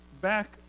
back